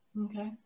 Okay